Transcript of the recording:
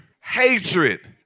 hatred